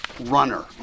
runner